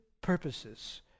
purposes